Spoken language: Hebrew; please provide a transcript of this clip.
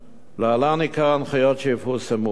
להלן עיקר ההנחיות שיפורסמו: א.